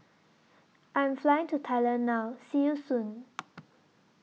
I'm Flying to Thailand now See YOU Soon